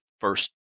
first